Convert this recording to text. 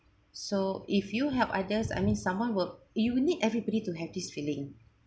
so if you help others I mean someone will you will need everybody to have this feeling